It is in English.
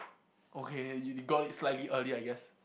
okay you got it slightly early I guess